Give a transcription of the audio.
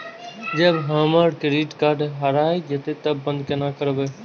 जब हमर credit card हरा जयते तब बंद केना करब?